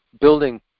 Building